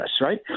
right